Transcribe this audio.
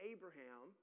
Abraham